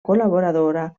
col·laboradora